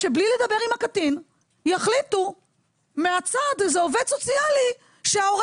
שבלי לדבר עם הקטין יחליטו מהצד איזה עובד סוציאלי שההורה